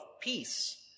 peace